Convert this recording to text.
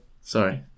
Sorry